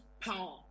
power